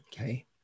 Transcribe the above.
okay